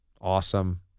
awesome